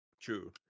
True